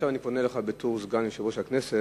עכשיו אני פונה אליך בתור סגן יושב-ראש הכנסת.